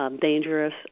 dangerous